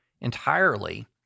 entirely